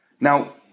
Now